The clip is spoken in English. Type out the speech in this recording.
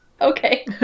Okay